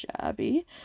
shabby